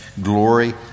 glory